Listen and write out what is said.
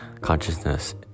consciousness